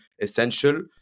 essential